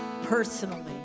personally